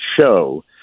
show